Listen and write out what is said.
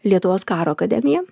lietuvos karo akademija